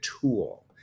tool